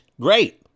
great